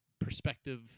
perspective